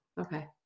Okay